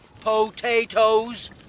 Potatoes